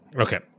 Okay